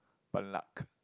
Ban Luck